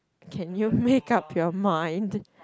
can you make up your mind